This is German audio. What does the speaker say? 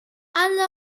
alle